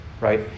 right